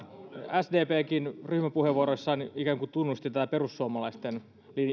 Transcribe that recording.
sdpkin ryhmäpuheenvuorossaan ikään kuin tunnusti perussuomalaisten